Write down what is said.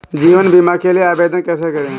जीवन बीमा के लिए आवेदन कैसे करें?